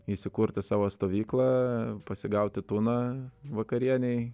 įsikurti savo stovyklą pasigauti tuną vakarienei